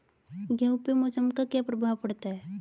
गेहूँ पे मौसम का क्या प्रभाव पड़ता है?